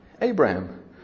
Abraham